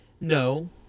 No